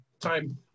time